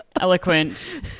eloquent